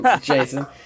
Jason